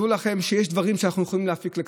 דעו לכם שיש דברים שאנחנו יכולים להפיק לקחים.